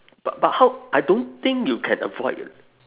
but but how I don't think you can avoid